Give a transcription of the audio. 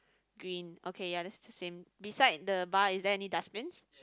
green okay ya that's the same beside the bar is there any dustbins